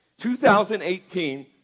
2018